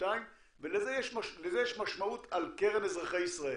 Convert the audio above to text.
ולזה יש משמעות על הקרן לאזרחי ישראל.